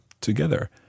together